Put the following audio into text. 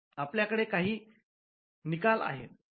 आपल्याकडे काही निकाल आहेत